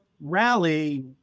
rally